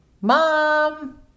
mom